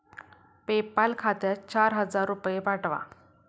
PayPal खात्यात चार हजार रुपये पाठवा